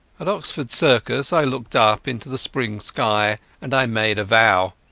at oxford circus i looked up into the spring sky and i made a vow.